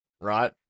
right